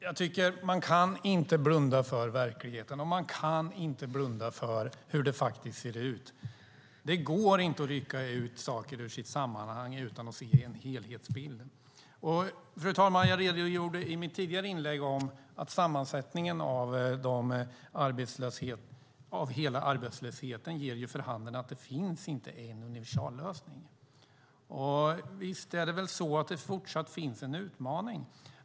Fru talman! Man kan inte blunda för verkligheten, och man kan inte blunda för hur det faktiskt ser ut. Det går inte att rycka ut saker ur sitt sammanhang utan att se helhetsbilden. Jag redogjorde i mitt tidigare inlägg för att sammansättningen av hela arbetslösheten ger vid handen att det inte finns en universallösning. Visst finns det fortsatt en utmaning.